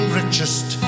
richest